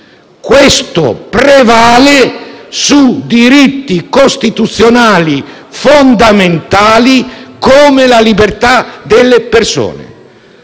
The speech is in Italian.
politica prevale su diritti costituzionali fondamentali come la libertà delle persone.